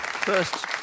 First